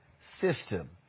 system